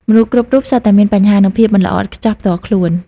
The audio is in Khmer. មនុស្សគ្រប់រូបសុទ្ធតែមានបញ្ហា និងភាពមិនល្អឥតខ្ចោះផ្ទាល់ខ្លួន។